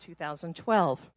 2012